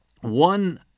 one